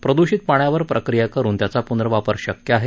प्रद्षित पाण्यावर प्रक्रिया करुन त्याचा प्नर्वापर शक्य आहे